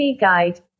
Guide